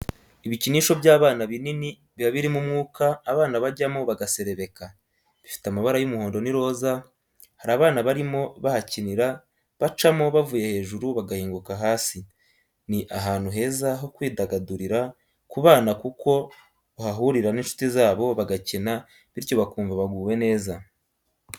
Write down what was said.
Ibikinisho by'abana binini biba birimo umwuka abana bajyamo bagaserebeka, bifite amabara y'umuhondo n'iroza hari abana barimo bahakinira bacamo bavuye hejuru bagahinguka hasi ni ahantu heza ho kwidagadurira ku bana kuko bahahurira n'inshuti zabo bagakina bityo bakumva baguwe neza.